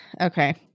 okay